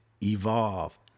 evolve